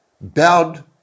bowed